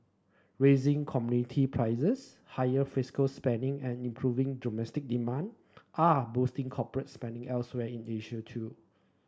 rising commodity prices higher fiscal spending and improving domestic demand are boosting corporate spending elsewhere in Asia too